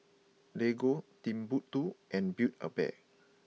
Lego Timbuk two and Build A Bear